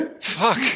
Fuck